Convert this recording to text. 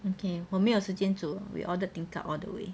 okay 我没有时间煮 we ordered tingkat all the way